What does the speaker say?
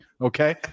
okay